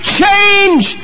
change